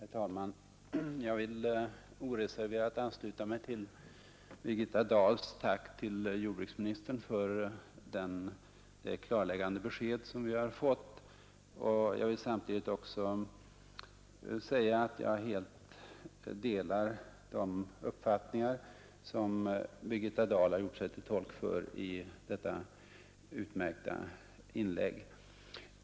Herr talman! Jag vill oreserverat ansluta mig till Birgitta Dahls tack till jordbruksministern för det klarläggande besked som vi har fått. Jag vill samtidigt också säga att jag helt delar de uppfattningar som Birgitta Dahl har gjort sig till tolk för i sitt utmärkta inlägg.